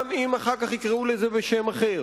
גם אם אחר כך יקראו לזה בשם אחר,